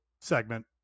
segment